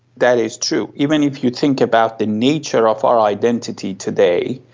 that is true, even if you think about the nature of our identity today,